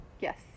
Yes